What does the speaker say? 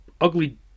ugly